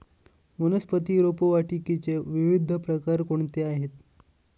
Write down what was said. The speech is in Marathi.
वनस्पती रोपवाटिकेचे विविध प्रकार कोणते आहेत?